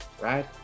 right